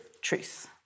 truth